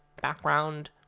background